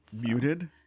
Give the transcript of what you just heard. Muted